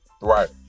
Right